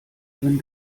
wenn